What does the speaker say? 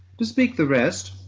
to speak the rest,